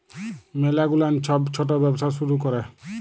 ম্যালা গুলান ছব ছট ব্যবসা শুরু ক্যরে